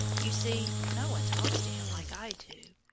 you see, no one talks to him like i do.